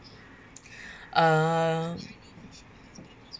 uh